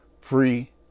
free